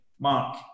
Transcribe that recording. Mark